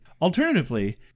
Alternatively